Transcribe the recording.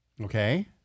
Okay